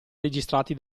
registrati